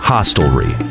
Hostelry